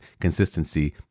consistency